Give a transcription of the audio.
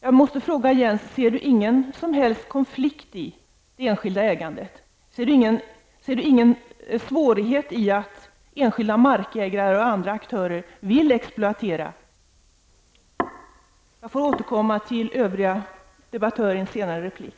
Jag måste fråga Jens Eriksson om han inte ser någon som helst konflikt i det enskilda ägandet, och om han inte ser någon svårighet i att enskilda markägare och andra aktörer vill exploatera? Jag får återkomma till övriga debattörer i en senare replik.